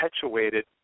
perpetuated